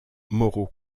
moreau